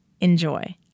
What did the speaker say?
Enjoy